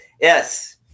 yes